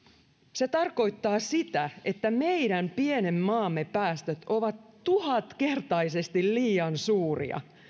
se tarkoittaa sitä että meidän pienen maamme päästöt ovat tuhatkertaisesti liian suuria